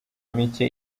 mike